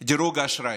דירוג האשראי.